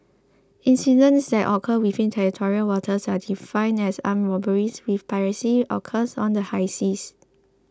incidents that occur within territorial waters are defined as armed robberies while piracy occurs on the high seas